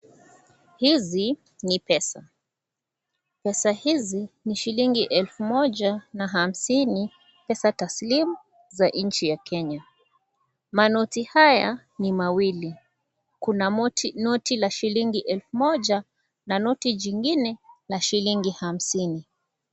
Hizi ni pesa ,pesa hizi ni shilingi elfu moja na hamsini pesa taslim za nchi ya Kenya manoti haya ni mawili kuna noti la shilingi elfu moja na noti jingine la shilingi hamsini.